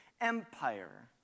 empire